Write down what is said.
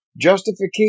Justification